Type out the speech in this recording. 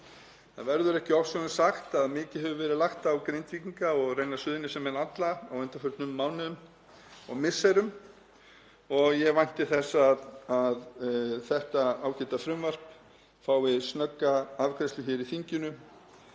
Það verður ekki ofsögum sagt að mikið hefur verið lagt á Grindvíkinga og raunar Suðurnesjamenn alla á undanförnum mánuðum og misserum og ég vænti þess að þetta ágæta frumvarp fái snögga afgreiðslu hér í þinginu